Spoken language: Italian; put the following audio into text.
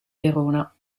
verona